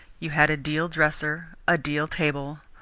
you had a deal dresser, a deal table,